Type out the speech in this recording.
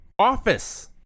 Office